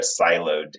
siloed